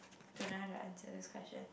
do I have to answer this question